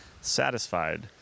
satisfied